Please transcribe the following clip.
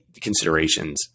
considerations